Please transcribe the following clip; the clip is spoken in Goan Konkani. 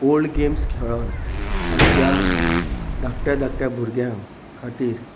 ओल्ड गेम्स खेळोन आमच्या धाकट्या धाकट्या भुरग्यां खातीर